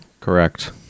Correct